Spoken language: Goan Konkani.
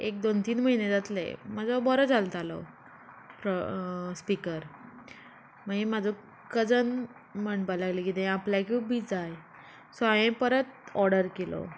एक दोन तीन म्हयने जातले म्हजो बरो चलतालो स्पीकर मागीर म्हाजो कजन म्हणपाक लागले कितें आपल्या की बी जाय सो हांये परत ऑर्डर केलो